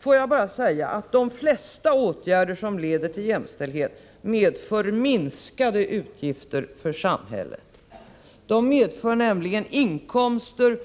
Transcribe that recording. Får jag bara säga att de flesta åtgärder som leder till jämställdhet medför minskade utgifter för samhället. De medför nämligen inkomster